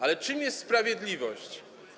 Ale czym jest sprawiedliwość?